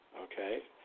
okay